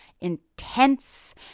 intense